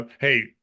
hey